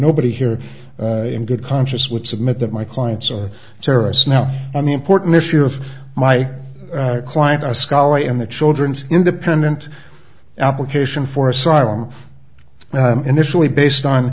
nobody here in good conscience would submit that my clients are terrorists now on the important issue of my client a scalia in the children's independent application for asylum initially based on